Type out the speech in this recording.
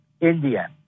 India